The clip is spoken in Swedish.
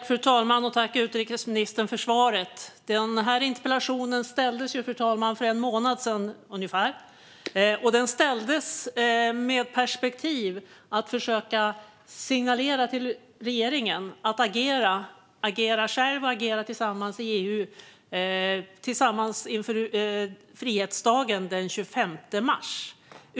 Fru talman! Tack, utrikesministern, för svaret! Den här interpellationen ställdes, fru talman, för ungefär en månad sedan. Den ställdes med perspektivet att försöka signalera till regeringen att agera, att agera själv och tillsammans i EU, inför frihetsdagen den 25 mars.